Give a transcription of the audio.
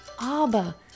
Abba